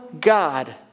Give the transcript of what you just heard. God